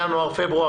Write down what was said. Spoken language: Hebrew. ינואר-פברואר,